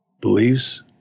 beliefs